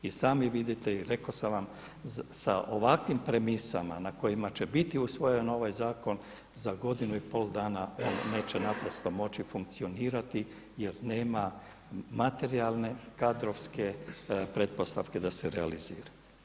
I sami vidite i rekao sam vam sa ovakvim premisama na kojima će biti usvojen ovaj zakon za godinu i pol dana on neće naprosto moći funkcionirati jer nema materijalne, kadrovske pretpostavke da se realizira.